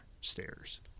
stairs